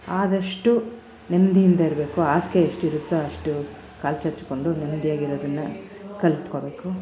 ಆದಷ್ಟು ನೆಮ್ಮದಿಯಿಂದ ಇರಬೇಕು ಹಾಸ್ಗೆ ಎಷ್ಟಿರುತ್ತೊ ಅಷ್ಟು ಕಾಲು ಚಾಚಿಕೊಂಡು ನೆಮ್ಮದಿಯಾಗಿರದನ್ನ ಕಲಿತ್ಕೊಬೇಕು